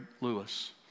Lewis